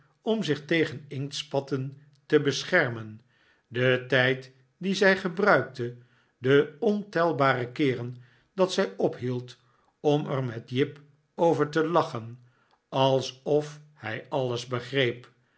ofti zich tegen inktspatten te beschermen de tijd dien zij gebruikte de ontelbare keeren dat zij ophield om er met jip over te lachen alsof hij alles begreep